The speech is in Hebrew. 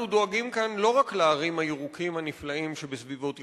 אנחנו דואגים כאן לא רק להרים הירוקים הנפלאים שבסביבות ירושלים,